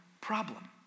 problem